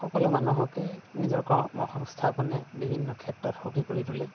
সকলো মানুহকে নিজৰ কৰ্মসংস্থাপনে বিভিন্ন ক্ষেত্ৰত সুখী কৰি তোলে